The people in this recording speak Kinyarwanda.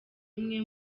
imwe